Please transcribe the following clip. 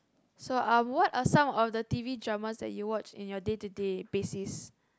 so um what are some of the t_v dramas that you watch in your day to day basis